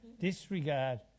Disregard